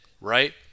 right